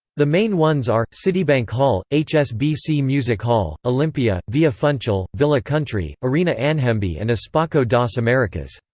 the main ones are citibank hall, hsbc music hall, olympia, via funchal, villa country, arena anhembi and espaco das americas.